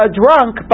drunk